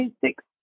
six